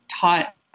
taught